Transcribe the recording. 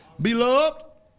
beloved